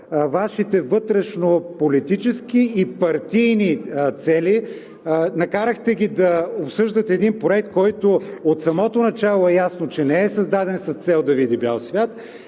Вашите вътрешнополитически и партийни цели, накарахте ги да обсъждат един проект, който от самото начало е ясно, че не е създаден с цел да види бял свят,